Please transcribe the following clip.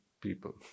people